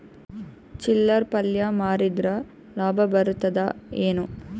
ಚಿಲ್ಲರ್ ಪಲ್ಯ ಮಾರಿದ್ರ ಲಾಭ ಬರತದ ಏನು?